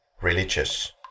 religious